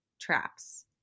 traps